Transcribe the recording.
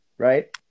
Right